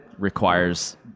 Requires